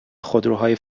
خودروهای